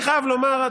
אני חייב לומר,